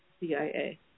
CIA